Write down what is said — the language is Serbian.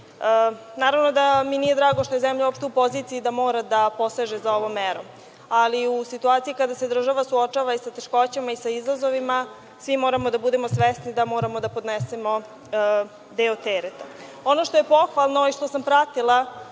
nama. Naravno da mi nije drago što je zemlja uopšte u poziciji da mora da poseže za ovom merom, ali u situaciji kada se država suočava i sa teškoćama i sa izazovima, svi moramo da budemo svesni da moramo da podnesemo deo tereta. Ono što je pohvalno i što sam pratila